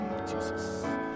Jesus